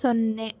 ಸೊನ್ನೆ